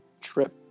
trip